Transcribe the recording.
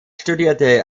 studierte